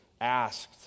asked